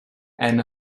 and